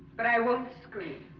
but i won't scream